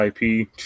IP